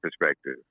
perspective